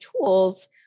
tools